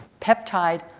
peptide